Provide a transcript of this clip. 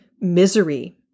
Misery